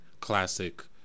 classic